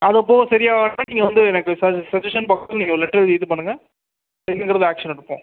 அது அப்பவும் சரியாகலன்னா நீங்கள் வந்து எனக்கு சஜ்ஜஷ சஜ்ஜஷன் பாக்ஸ்ல நீங்கள் ஒரு லெட்டர் எழுதி இது பண்ணுங்கள் அது என்னங்கிறது ஆக்ஷன் எடுப்போம்